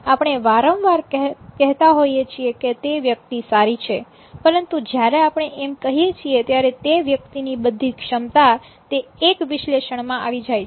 આપણે વારંવાર કહેતા હોઈએ કે તે વ્યક્તિ સારી છે પરંતુ જ્યારે આપણે એમ કહીએ છીએ ત્યારે તે વ્યક્તિની બધી ક્ષમતા તે એક વિશ્લેષણમાં આવી જાય છે